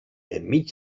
enmig